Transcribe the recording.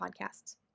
podcasts